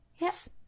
Yes